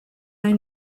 nahi